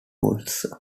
rules